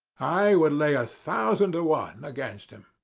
i would lay a thousand to one against him.